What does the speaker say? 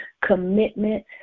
commitment